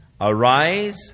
Arise